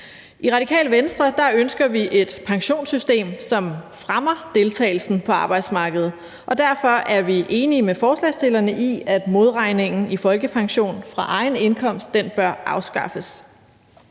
I Radikale Venstre ønsker vi et pensionssystem, som fremmer deltagelsen på arbejdsmarkedet, og derfor er vi enige med forslagsstillerne i, at modregningen i folkepension for egen indkomst bør afskaffes.